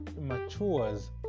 matures